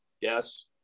Yes